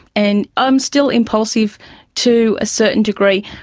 and i'm still impulsive to a certain degree,